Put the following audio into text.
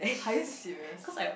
are you serious